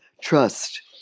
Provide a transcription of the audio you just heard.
trust